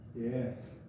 Yes